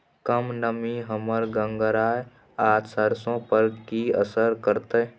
कम नमी हमर गंगराय आ सरसो पर की असर करतै?